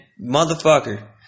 Motherfucker